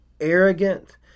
arrogant